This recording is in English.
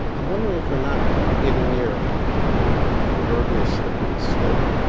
i'm wondering if we're not getting near the proverbial slippery slope.